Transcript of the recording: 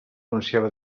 anunciava